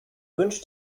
wünsch